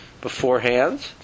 beforehand